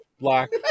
black